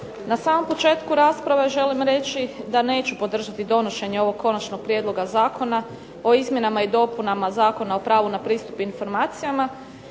Na samom početku rasprave želim reći da neću podržati donošenje ovog Konačnog prijedloga zakon o izmjenama i dopunama Zakona o pravu na pristup informacijama,